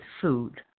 food